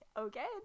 Okay